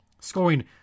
scoring